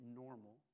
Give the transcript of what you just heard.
normal